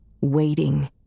waiting